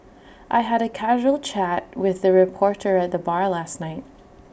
I had A casual chat with A reporter at the bar last night